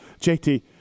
JT